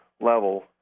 level